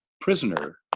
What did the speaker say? prisoner